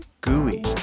Gooey